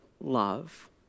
love